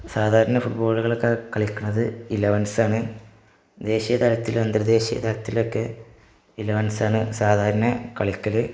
സാധാരണ ഫുട്ബോളുകളൊക്കെ കളിക്കുന്നത് ഇലവന്സാണ് ദേശീയ തലത്തിലും അന്തർ ദേശീയ തലത്തിലൊക്കെ ഇലവന്സാണ് സാധാരണ കളിക്കല്